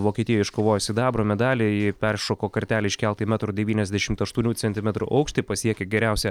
vokietijoj iškovojo sidabro medalį ji peršoko kartelę iškeltą į metro devyniasdešimt aštuonių centimetrų aukštį pasiekė geriausią